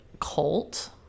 cult